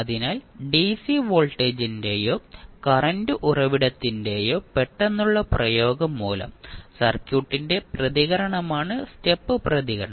അതിനാൽ ഡിസി വോൾട്ടേജിന്റെയോ കറന്റ് ഉറവിടത്തിന്റെയോ പെട്ടെന്നുള്ള പ്രയോഗം മൂലം സർക്യൂട്ടിന്റെ പ്രതികരണമാണ് സ്റ്റെപ്പ് പ്രതികരണം